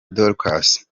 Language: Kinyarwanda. dorcas